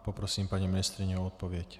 Poprosím paní ministryni o odpověď.